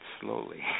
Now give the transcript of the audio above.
slowly